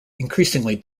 increasingly